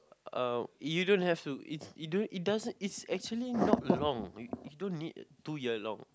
uh you don't have to it's you don't it's doesn't it's actually not long you you don't need two year long